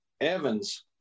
evans